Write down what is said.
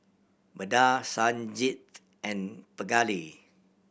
Vedre Sanjeev and Pingali